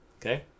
Okay